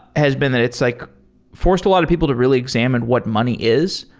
has been that it's like forced a lot of people to really examine what money is,